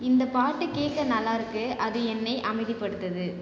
இந்தப் பாட்டு கேக்க நல்லாருக்கு அது என்னை அமைதிப்படுத்துது